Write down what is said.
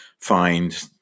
find